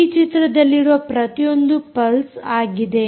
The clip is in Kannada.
ಈ ಚಿತ್ರದಲ್ಲಿರುವ ಪ್ರತಿಯೊಂದು ಪಲ್ಸ್ ಆಗಿದೆ